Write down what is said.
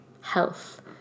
health